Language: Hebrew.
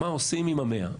מה עושים עם ה-100?